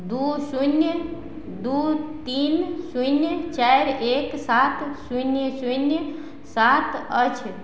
दू शून्य दू तीन शून्य चारि एक सात शून्य शून्य सात अछि